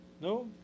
No